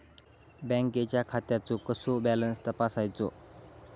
बँकेच्या खात्याचो कसो बॅलन्स तपासायचो?